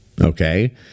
Okay